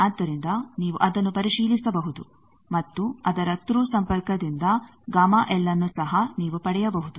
ಆದ್ದರಿಂದ ನೀವು ಅದನ್ನು ಪರಿಶೀಲಿಸಬಹುದು ಮತ್ತು ಅದರ ಥ್ರೂ ಸಂಪರ್ಕದಿಂದ Γ L ಆನ್ನು ಸಹ ನೀವು ಪಡೆಯಬಹುದು